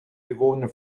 bewohner